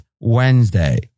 Wednesday